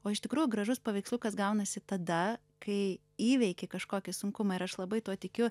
o iš tikrųjų gražus paveiksliukas gaunasi tada kai įveiki kažkokį sunkumą ir aš labai tuo tikiu